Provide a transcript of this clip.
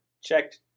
Checked